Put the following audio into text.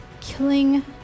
Killing